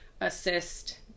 assist